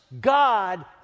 God